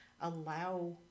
allow